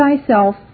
thyself